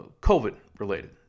COVID-related